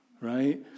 right